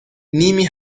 نیمی